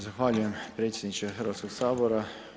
Zahvaljujem predsjedniče Hrvatskog sabora.